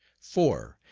four.